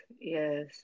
yes